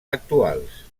actuals